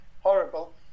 horrible